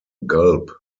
gulp